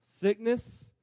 sickness